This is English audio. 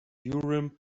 urim